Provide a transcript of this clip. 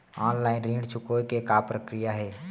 Online ऋण चुकोय के का प्रक्रिया हे?